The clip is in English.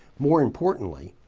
more importantly,